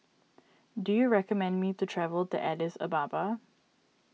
do you recommend me to travel to Addis Ababa